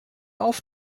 auf